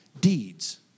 deeds